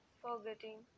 forgetting